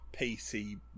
PC